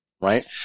Right